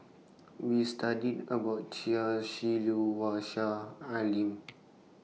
We studied about Chia Shi Lu Wang Sha and Lim